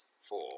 four